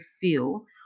feel